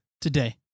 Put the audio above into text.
Today